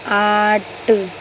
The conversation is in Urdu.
آٹھ